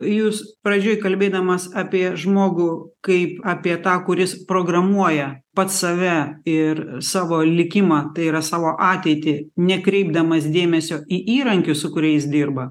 jūs pradžioj kalbėdamas apie žmogų kaip apie tą kuris programuoja pats save ir savo likimą tai yra savo ateitį nekreipdamas dėmesio į įrankius su kuriais dirba